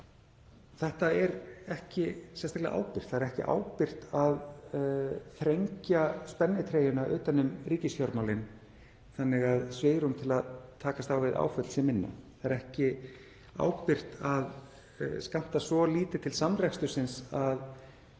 Þetta er ekki sérstaklega ábyrgt. Það er ekki ábyrgt að þrengja spennitreyjuna utan um ríkisfjármálin þannig að svigrúm til að takast á við áföll sé minna. Það er ekki ábyrgt að skammta svo lítið til samrekstursins að